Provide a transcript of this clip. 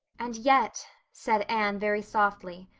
and yet, said anne, very softly,